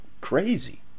crazy